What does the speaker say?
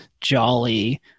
jolly